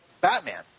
Batman